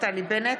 נפתלי בנט,